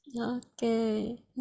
Okay